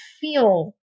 feel